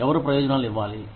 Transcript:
ఎవరు ప్రయోజనాలు ఇవ్వాలి